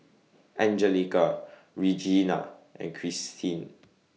Anjelica Regena and Christene